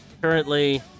currently